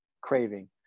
craving